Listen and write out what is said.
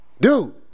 dude